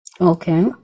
Okay